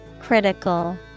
Critical